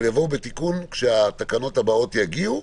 כאשר יגיעו התקנות הבאות.